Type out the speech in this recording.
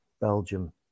Belgium